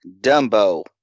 Dumbo